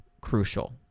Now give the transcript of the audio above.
crucial